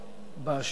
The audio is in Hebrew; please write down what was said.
בשנתיים האחרונות,